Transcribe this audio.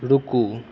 रूकु